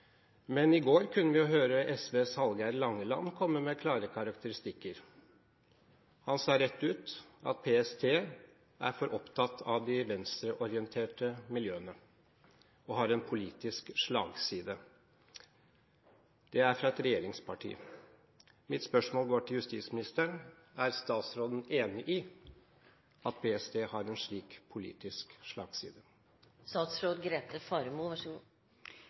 Men i går kunne vi høre SVs Hallgeir Langeland komme med klare karakteristikker. Han sa rett ut at PST er for opptatt av de venstreorienterte miljøene og har en politisk slagside. Det kommer fra et regjeringsparti. Mitt spørsmål til justisministeren er: Er statsråden enig i at PST har en slik politisk slagside? Jeg mener at det, så